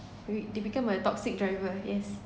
wi~ they become a toxic driver yes